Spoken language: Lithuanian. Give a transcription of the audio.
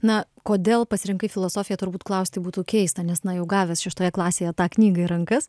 na kodėl pasirinkai filosofiją turbūt klausti būtų keista nes na jau gavęs šeštoje klasėje tą knygą į rankas